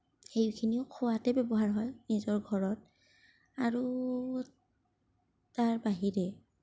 সেইখিনিও খোৱাতেই ব্যৱহাৰ হয় নিজৰ ঘৰত আৰু তাৰ বাহিৰে